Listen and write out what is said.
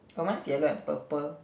oh mine's yellow and purple